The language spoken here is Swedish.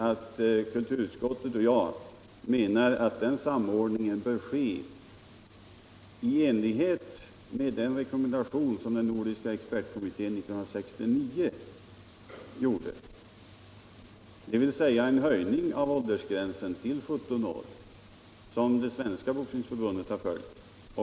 Men kulturutskottet och jag anser att den samordningen bör ske i enlighet med den rekommendation som den nordiska expertkommittén gjorde år 1969 och som innebär en höjning av åldersgränsen till 17 år. Den rekommendationen har det svenska Boxningsförbundet tidigare följt.